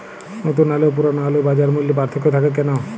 নতুন আলু ও পুরনো আলুর বাজার মূল্যে পার্থক্য থাকে কেন?